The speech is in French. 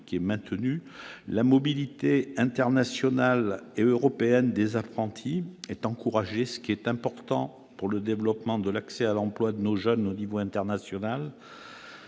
de la mobilité internationale et européenne des apprentis- c'est important pour le développement de l'accès à l'emploi de nos jeunes au niveau international